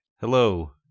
Hello